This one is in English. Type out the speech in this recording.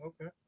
Okay